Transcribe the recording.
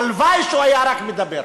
הלוואי שהוא היה רק מדבר,